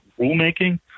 rulemaking